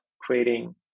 creating